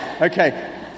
Okay